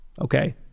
okay